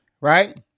right